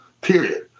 period